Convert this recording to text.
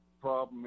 problem